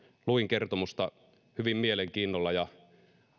luin kertomusta hyvin mielenkiinnolla ja